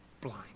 blind